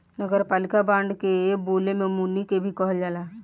नगरपालिका बांड के बोले में मुनि के भी कहल जाला